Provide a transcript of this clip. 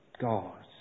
God